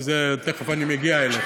כי תכף אני מגיע אליך.